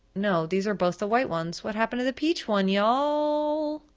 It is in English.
no, these are both the white ones, what happened to the peach one y'all?